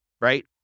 right